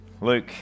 Luke